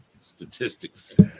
statistics